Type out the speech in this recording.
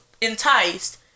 enticed